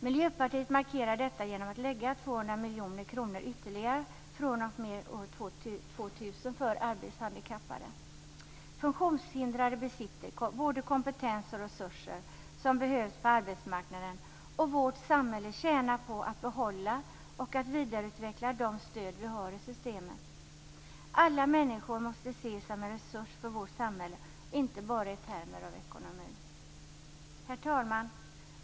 Miljöpartiet markerar detta genom att lägga Funktionshindrade besitter både kompetens och resurser som behövs på arbetsmarknaden, och vårt samhälle tjänar på att behålla och att vidareutveckla de stöd vi har i systemet. Alla människor måste ses som en resurs för vårt samhälle, inte bara i termer av ekonomi. Herr talman!